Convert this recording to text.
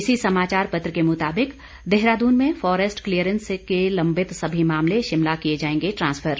इसी समाचार पत्र के मुताबिक देहरादून में फारेस्ट क्लियरेंस के लंबित सभी मामले शिमला किए जांएगे ट्रांसफर